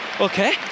Okay